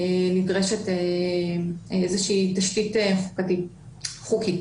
נדרשת איזושהי תשתית משפטית חוקית.